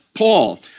Paul